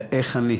איך אני?